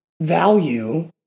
value